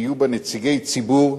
שיהיו בה נציגי ציבור,